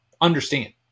understand